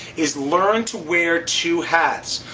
is learn to wear two hats.